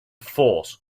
force